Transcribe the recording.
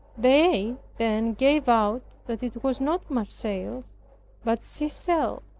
they then gave out that it was not marseilles but seisel.